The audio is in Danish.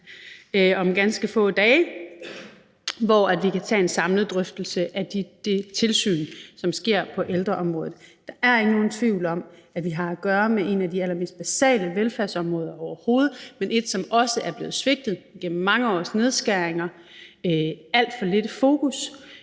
om ganske få dage, hvor vi kan tage en samlet drøftelse af det tilsyn, som sker på ældreområdet. Der er ikke nogen tvivl om, at vi har at gøre med et af de allermest basale velfærdsområder overhovedet, men et, som også er blevet svigtet igennem mange års nedskæringer og på grund